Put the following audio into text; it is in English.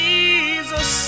Jesus